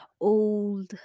old